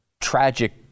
tragic